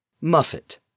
Muffet